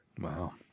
Wow